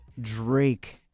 Drake